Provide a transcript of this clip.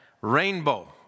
rainbow